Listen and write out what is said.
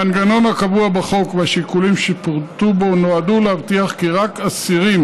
המנגנון הקבוע בחוק והשיקולים שפורטו בו נועדו להבטיח כי רק אסירים